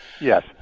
Yes